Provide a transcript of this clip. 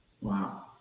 Wow